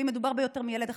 ואם מדובר ביותר מילד אחד,